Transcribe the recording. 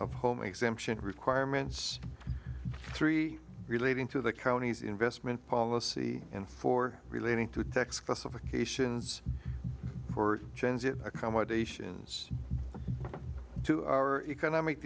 of home exemption requirements three relating to the county's investment policy and four relating to tax classifications for transit accommodations to our economic